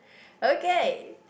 okay